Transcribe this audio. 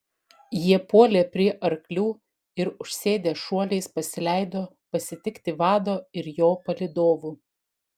jie puolė prie arklių ir užsėdę šuoliais pasileido pasitikti vado ir jo palydovų